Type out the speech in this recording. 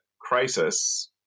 crisis